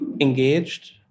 engaged